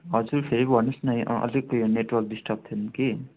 हजुर फेरि भन्नुहोस् न ए अँ अलिक नेटवर्क डिस्टर्ब थियो कि